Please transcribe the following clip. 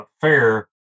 fair